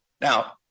now